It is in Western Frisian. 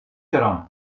derom